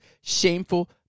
shameful